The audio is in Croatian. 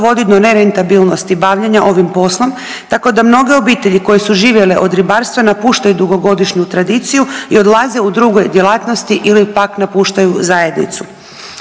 dovodi do nerentabilnosti bavljenja ovim poslom, tako da mnoge obitelji koje su živjele od ribarstva napuštaju dugogodišnju tradiciju i odlaze u druge djelatnosti ili pak napuštaju zajednicu.